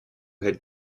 had